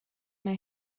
mae